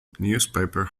newspaper